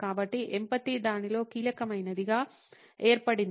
కాబట్టి ఎంపతి దానిలో కీలకమైనదిగా ఏర్పడింది